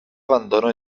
abandonó